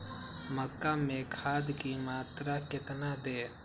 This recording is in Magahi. मक्का में खाद की मात्रा कितना दे?